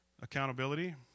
Accountability